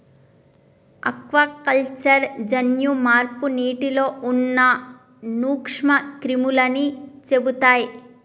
aquaculture జన్యు మార్పు నీటిలో ఉన్న నూక్ష్మ క్రిములని చెపుతయ్